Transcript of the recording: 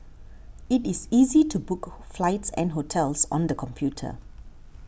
it is easy to book flights and hotels on the computer